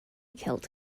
killed